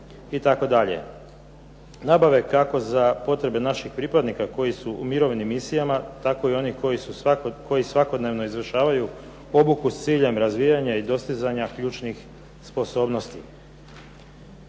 itd.. Nabave kako za potrebe naših pripadnika koji su u mirovnim misijama, tako i onih koji svakodnevno izvršavaju obuku sa ciljem razvijanja i dostizanja ključnih sposobnosti.